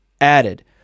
added